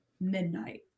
midnight